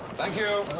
thank you.